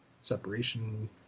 separation